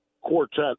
quartet